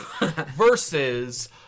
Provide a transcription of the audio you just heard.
versus